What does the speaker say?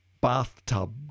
bathtub